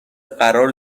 قرار